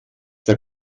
der